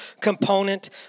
component